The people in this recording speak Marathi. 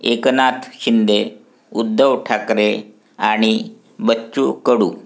एकनाथ शिंदे उद्धव ठाकरे आणि बच्चू कडू